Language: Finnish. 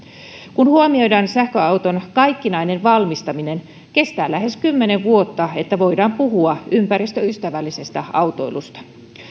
kun huomioidaan sähköauton kaikkinainen valmistaminen kestää lähes kymmenen vuotta että voidaan puhua ympäristöystävällisestä autoilusta